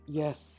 yes